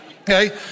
okay